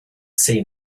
seen